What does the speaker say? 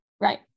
Right